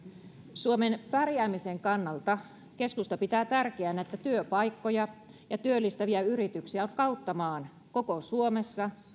suomen pärjäämisen kannalta keskusta pitää tärkeänä että työpaikkoja ja työllistäviä yrityksiä on kautta maan koko suomessa